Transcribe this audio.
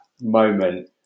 moment